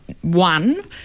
one